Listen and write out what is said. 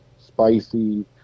spicy